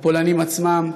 לפולנים עצמם,